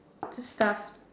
stuff